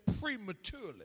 Prematurely